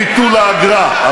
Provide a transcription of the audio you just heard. ביטול האגרה,